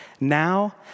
Now